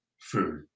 food